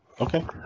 Okay